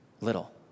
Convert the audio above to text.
little